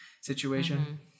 situation